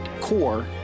core